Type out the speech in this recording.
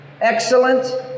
Excellent